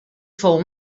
fou